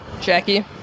Jackie